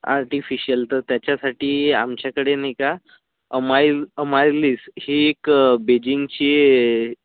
artificial तर त्याच्यासाठी आमच्याकडे नाही का अमाईल अमायर्लीस ही एक बीजिंगची